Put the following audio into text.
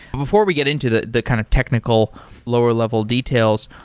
before we get into the the kind of technical lower level details,